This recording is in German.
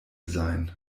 sein